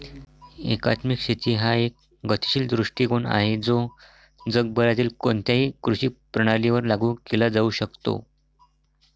एकात्मिक शेती हा एक गतिशील दृष्टीकोन आहे जो जगभरातील कोणत्याही कृषी प्रणालीवर लागू केला जाऊ शकतो